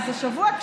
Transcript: השבוע,